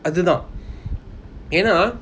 அது தான் என்ன:athu thaan enna